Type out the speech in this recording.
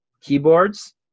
keyboards